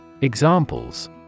Examples